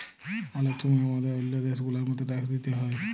অলেক সময় হামাদের ওল্ল দ্যাশ গুলার মত ট্যাক্স দিতে হ্যয়